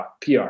PR